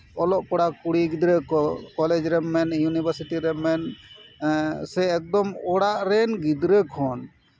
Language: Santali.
ᱚᱞᱚᱜ ᱠᱚᱲᱟᱼᱠᱩᱲᱤ ᱜᱤᱫᱽᱨᱟᱹ ᱠᱚ ᱠᱚᱞᱮᱡᱽ ᱨᱮᱢ ᱤᱭᱩᱱᱤᱵᱷᱟᱨᱥᱤᱴᱤ ᱨᱮᱢ ᱢᱮᱱᱮᱫ ᱥᱮ ᱮᱠᱫᱚᱢ ᱚᱲᱟᱜ ᱨᱮᱱ ᱜᱤᱫᱽᱨᱟᱹ ᱠᱷᱚᱱ